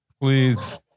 please